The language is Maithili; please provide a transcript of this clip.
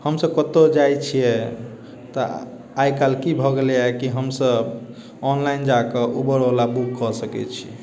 हमसब कतौ जाइ छियै तऽ आइ काल्हि कि भऽ गेलैय कि हमसब ऑनलाइन जाकऽ उबर ओला बुक कऽ सकै छी